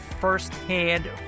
firsthand